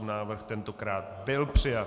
Návrh tentokrát byl přijat.